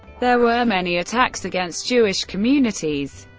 there were many attacks against jewish communities.